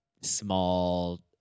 small